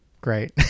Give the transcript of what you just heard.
great